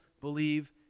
believe